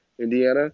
Indiana